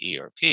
ERP